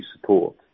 support